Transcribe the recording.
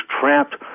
trapped